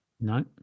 no